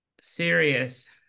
serious